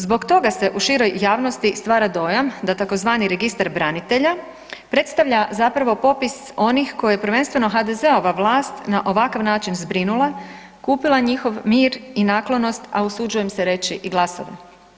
Zbog toga se u široj javnosti stvara dojam da tzv. Registar branitelja predstavlja zapravo popis onih koje je prvenstveno HDZ-ova vlast na ovakav način zbrinula, kupila njihov mir i naklonost, a usuđujem se reći i glasovanje.